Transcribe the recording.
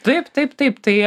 taip taip taip tai